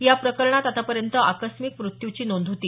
या प्रकरणात आतापर्यंत आकस्मित मृत्यूची नोंद होती